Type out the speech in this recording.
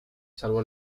salvó